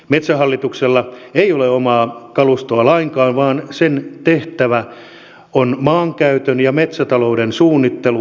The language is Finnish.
metsähallituksella ei ole omaa kalustoa lainkaan vaan sen tehtävä on maankäytön ja metsätalouden suunnittelu valtion mailla